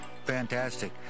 fantastic